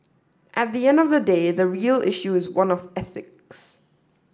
at the end of the day the real issue is one of ethics